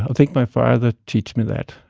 think my father teach me that.